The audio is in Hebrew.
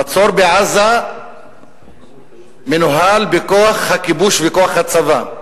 המצור בעזה מנוהל בכוח הכיבוש וכוח הצבא.